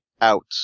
out